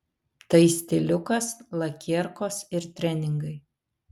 tai stiliukas lakierkos ir treningai